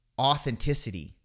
authenticity